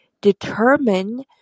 determine